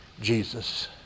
Jesus